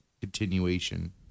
continuation